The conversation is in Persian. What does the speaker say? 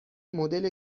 مدل